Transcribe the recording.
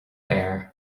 air